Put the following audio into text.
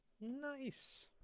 Nice